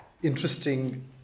interesting